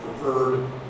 preferred